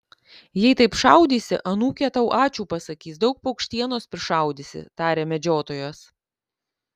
jei taip šaudysi anūkė tau ačiū pasakys daug paukštienos prišaudysi tarė medžiotojas